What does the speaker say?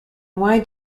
wide